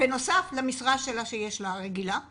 בנוסף למשרה הרגילה שיש להן,